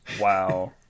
Wow